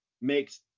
makes